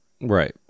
Right